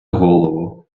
голово